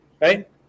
Right